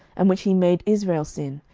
and which he made israel sin,